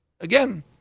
again